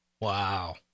Wow